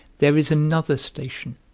there is another station